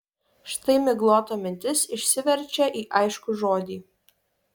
štai miglota mintis išsiverčia į aiškų žodį